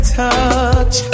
touch